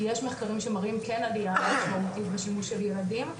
כי יש מחקרים שמראים כן עלייה משמעותית בשימוש של ילדים.